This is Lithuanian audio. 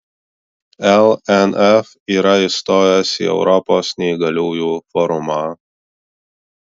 lnf yra įstojęs į europos neįgaliųjų forumą